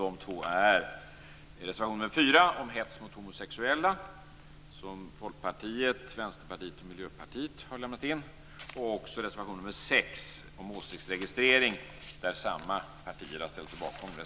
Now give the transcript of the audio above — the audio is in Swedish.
Det gäller reservation 4, som handlar om hets mot homosexuella och som Folkpartiet, Vänsterpartiet och Miljöpartiet har avlämnat. Vidare gäller det reservation 6, som handlar om åsiktsregistrering och som nyss nämnda partier står bakom.